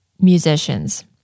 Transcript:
musicians